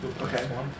Okay